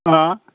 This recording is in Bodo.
हा